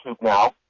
now